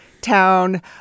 town